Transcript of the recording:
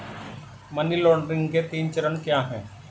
Money laundering के तीन चरण क्या हैं?